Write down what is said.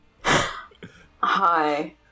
Hi